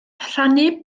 rhannu